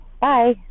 Bye